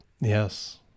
yes